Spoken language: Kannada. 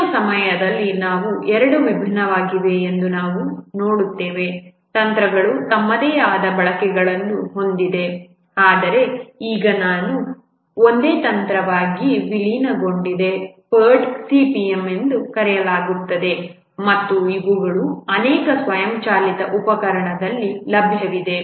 ಕೆಲವು ಸಮಯದಲ್ಲಿ ಇವು ಎರಡು ವಿಭಿನ್ನವಾಗಿವೆ ಎಂದು ನಾವು ನೋಡುತ್ತೇವೆ ತಂತ್ರಗಳು ತಮ್ಮದೇ ಆದ ಬಳಕೆಗಳನ್ನು ಹೊಂದಿವೆ ಆದರೆ ಈಗ ಇದು ಒಂದೇ ತಂತ್ರವಾಗಿ ವಿಲೀನಗೊಂಡಿದೆ PERT CPM ಎಂದು ಕರೆಯಲಾಗುತ್ತದೆ ಮತ್ತು ಇವುಗಳು ಅನೇಕ ಸ್ವಯಂಚಾಲಿತ ಉಪಕರಣಗಳಲ್ಲಿ ಲಭ್ಯವಿವೆ